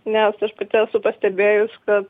nes aš pati esu pastebėjus kad